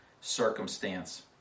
circumstance